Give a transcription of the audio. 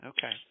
Okay